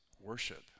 worship